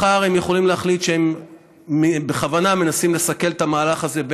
מחר הם יכולים להחליט שהם בכוונה מנסים לסכל את המהלך הזה,